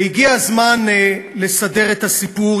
והגיע הזמן לסדר את הסיפור.